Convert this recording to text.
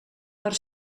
per